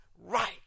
right